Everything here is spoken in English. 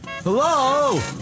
Hello